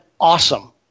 awesome